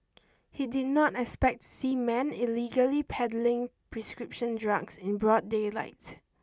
he did not expect see men illegally peddling prescription drugs in broad daylight